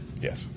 Yes